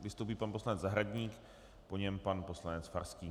Vystoupí pan poslanec Zahradník, po něm pan poslanec Farský.